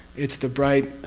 it's the bright.